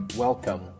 Welcome